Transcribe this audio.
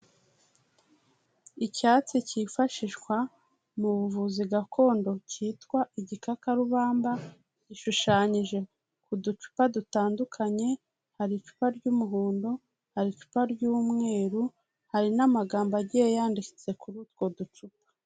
Icyatsi cyifashishwa mu buvuzi gakondo kitwa igikakarubamba, gishushanyije ku ducupa dutandukanye, hari icupa ry'umuhondo, hari icupa ry'umweru, hari n'amagambo agiye yanditse kuri utwo ducupa.